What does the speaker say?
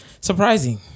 surprising